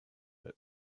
but